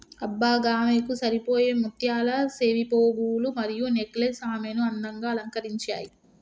అబ్బ గామెకు సరిపోయే ముత్యాల సెవిపోగులు మరియు నెక్లెస్ ఆమెను అందంగా అలంకరించాయి